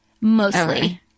mostly